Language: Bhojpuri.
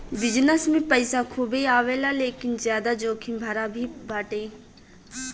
विजनस से पईसा खूबे आवेला लेकिन ज्यादा जोखिम भरा भी बाटे